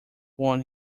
born